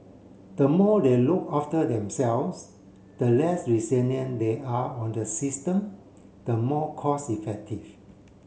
the more they look after themselves the less they are on the system the more cost effective